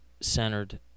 centered